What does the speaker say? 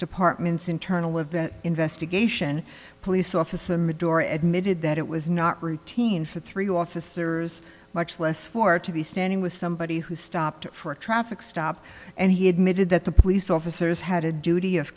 department's internal event investigation police officer madore admitted that it was not routine for three officers much less for to be standing with somebody who stopped for a traffic stop and he admitted that the police officers had a duty of